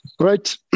Right